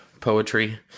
poetry